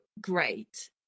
great